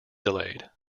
delayed